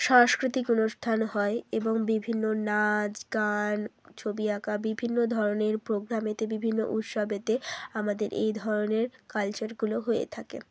সাংস্কৃতিক অনুষ্ঠান হয় এবং বিভিন্ন নাচ গান ছবি আঁকা বিভিন্ন ধরনের প্রোগ্রামেতে বিভিন্ন উৎসবেতে আমাদের এই ধরনের কালচারগুলো হয়ে থাকে